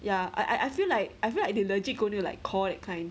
ya I I feel like I feel like they legit going to like call that kind